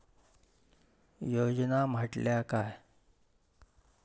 योजना म्हटल्या काय?